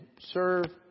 serve